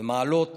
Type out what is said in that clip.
ומעלות